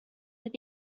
with